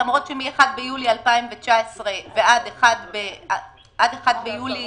למרות שמה-1 ביולי 2019 ועד ה-1 ביולי